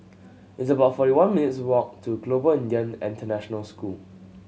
it's about forty one minutes' walk to Global Indian International School